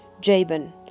Jabin